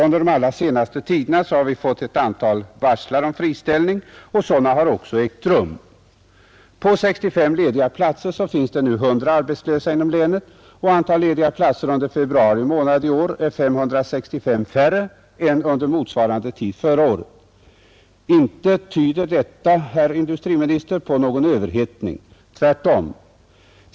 Under den allra senaste tiden har man fått ett antal varsel om friställningar, och sådana har också ägt rum. På 65 lediga platser finns det nu 100 arbetslösa inom länet, och antalet lediga platser under februari månad i år är 565 färre än under motsvarande tid förra året. Inte tyder detta, herr industriminister, på någon överhettning, tvärtom.